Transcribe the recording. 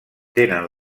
tenen